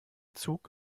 zug